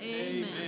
Amen